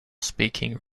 speaking